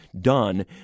done